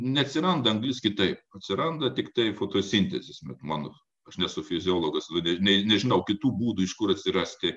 neatsiranda anglis kitaip atsiranda tiktai fotosintezės metu mano aš nesu fiziologas todėl ne nežinau kitų būdų iš kur atsirasti